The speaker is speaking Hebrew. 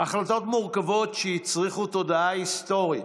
החלטות מורכבות שהצריכו תודעה היסטורית,